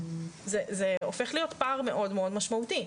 זה הופך להיות פער מאוד מאוד משמעותי.